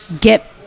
get